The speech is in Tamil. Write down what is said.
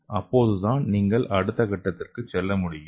அப்போதுதான் நீங்கள் அடுத்த கட்டத்திற்கு செல்ல முடியும்